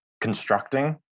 Constructing